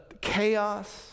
chaos